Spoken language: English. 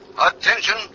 attention